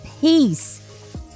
peace